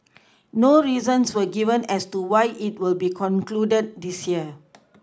no reasons were given as to why it will be concluded this year